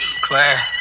Claire